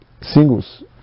singles